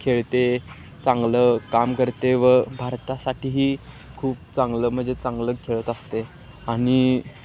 खेळते चांगलं काम करते व भारतासाठीही खूप चांगलं म्हणजे चांगलं खेळत असते आणि